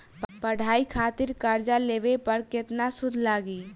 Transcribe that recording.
पढ़ाई खातिर कर्जा लेवे पर केतना सूद लागी?